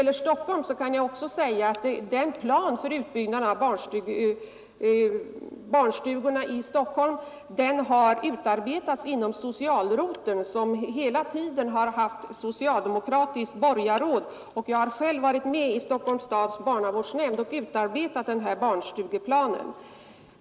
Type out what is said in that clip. Vad Stockholm beträffar kan jag också säga att den plan man där har för utbyggnaden av barnstugorna har utarbetats inom socialroteln, som hela tiden har haft socialdemokratiskt borgarråd. Jag har själv varit med i Stockholms stads barnavårdsnämnd och utarbetat denna barnstugeplan.